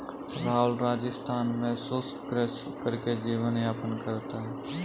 राहुल राजस्थान में शुष्क कृषि करके जीवन यापन करता है